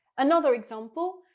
another example,